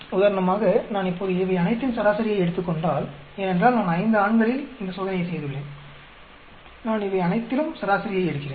உதாரணமாக நான் இப்போது இவையனைத்தின் சராசரியை எடுத்துக்கொண்டால் ஏனென்றால் நான் 5 ஆண்களில் இந்த சோதனையை செய்துள்ளேன் நான் இவை அனைத்திலும் சராசரியை எடுக்கிறேன்